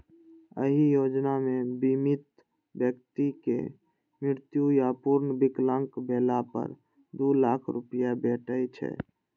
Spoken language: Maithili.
एहि योजना मे बीमित व्यक्ति के मृत्यु या पूर्ण विकलांग भेला पर दू लाख रुपैया भेटै छै